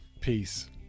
peace